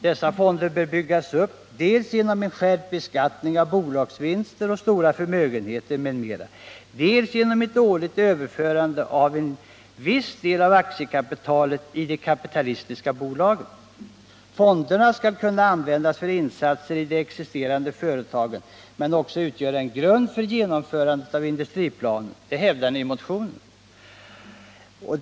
Dessa fonder bör byggas upp dels genom en skärpt beskattning av bolagsvinster och stora förmögenheter m.m., dels genom ett årligt överförande av en viss del av aktiekapitalet i de kapitalistiska bolagen. Fonderna skall kunna användas för insatser i de existerande företagen men också utgöra en grund för genomförandet av industriplanen.